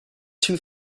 too